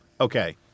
Okay